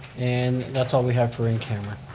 and that's all we have for in camera.